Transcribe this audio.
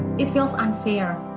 it feels unfair